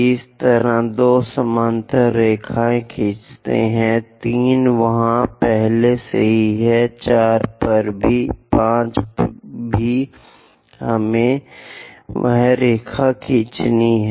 इसी तरह 2 समानांतर रेखा खींचता है 3 वहाँ पहले से ही 4 पर भी 5 भी हमें वह रेखा खींचनी है